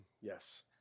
Yes